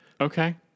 Okay